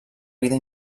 vida